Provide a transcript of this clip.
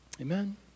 Amen